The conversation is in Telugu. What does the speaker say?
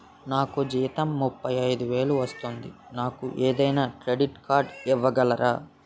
నాకు జీతం ముప్పై ఐదు వేలు వస్తుంది నాకు ఏదైనా క్రెడిట్ కార్డ్ ఇవ్వగలరా?